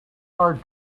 hard